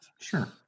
Sure